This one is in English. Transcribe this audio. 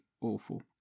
awful